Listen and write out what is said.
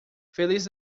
feliz